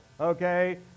okay